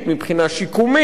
מבחינה טיפולית,